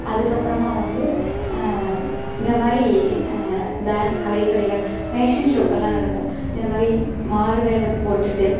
அதுக்கப்புறமா வந்து இந்தமாதிரி டான்ஸ் கலைத்துறைகள் ஃபேஷன் ஷோக்களெலாம் நடக்கும் இதை மாதிரி மாறுவேடம் போட்டுகிட்டு